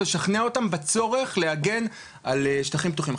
ולשכנע אותם בצורך להגן על שטחים פתוחים.